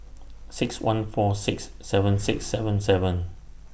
six one four six seven six seven seven